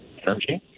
energy